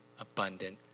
abundant